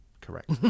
correct